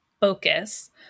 focus